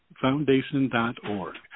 foundation.org